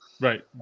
Right